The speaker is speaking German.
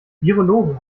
virologen